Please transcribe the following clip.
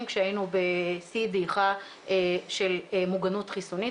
כשהיינו בשיא הדעיכה של מוגנות חיסונית,